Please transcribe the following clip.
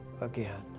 again